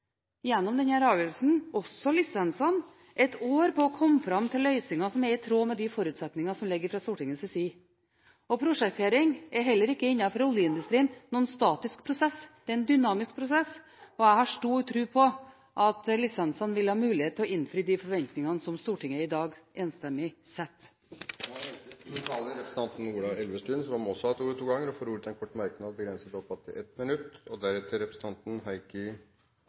gjennom denne avgjørelsen også lisensene for ett år for å komme fram til løsninger som er i tråd med de forutsetningene som ligger fra Stortingets side. Prosjektering er heller ikke innenfor oljeindustrien noen statisk prosess. Det er en dynamisk prosess, og jeg har stor tro på at lisensene vil ha mulighet til å innfri de forventningene som Stortinget i dag enstemmig setter. Representanten Ola Elvestuen har hatt ordet to ganger tidligere og får ordet til en kort merknad, begrenset til 1 minutt.